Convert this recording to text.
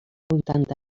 vuitanta